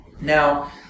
Now